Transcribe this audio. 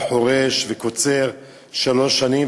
חורש וקוצר שלוש שנים,